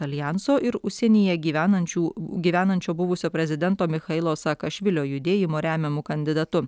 aljanso ir užsienyje gyvenančių gyvenančio buvusio prezidento michailo saakašvilio judėjimo remiamu kandidatu